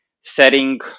setting